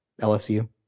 LSU